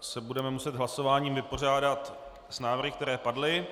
se budeme muset hlasováním vypořádat s návrhy, které padly.